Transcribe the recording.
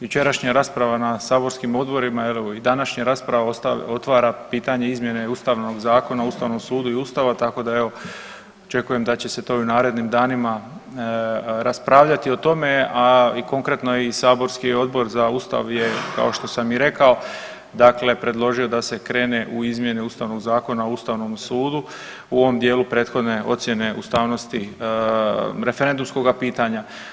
Jučerašnja rasprava na saborskim odborima, evo i današnja rasprava otvara pitanje izmjene Ustavnog zakona o ustavnom sudu i ustava, tako da evo očekujem da će se to i u narednim danima raspravljati o tome, a i konkretno i saborski Odbor za ustav je kao što sam i rekao, dakle predložio da se krene u izmjene Ustavnog zakona o ustavnom sudu u ovom dijelu prethodne ocijene ustavnosti referendumskoga pitanja.